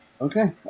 Okay